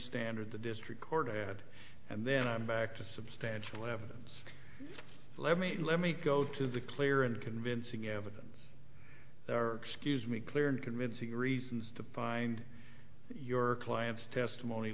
standard the district court had and then i'm back to substantial evidence let me let me go to the clear and convincing evidence scuse me clear and convincing reasons to find your client's testimony